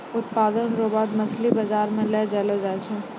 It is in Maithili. उत्पादन रो बाद मछली बाजार मे लै जैलो जाय छै